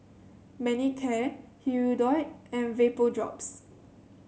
Manicare Hirudoid and Vapodrops